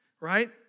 Right